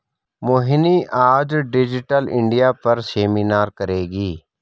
मोहिनी आज digital India पर seminar करेगी